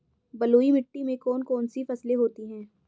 बलुई मिट्टी में कौन कौन सी फसलें होती हैं?